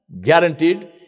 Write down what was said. guaranteed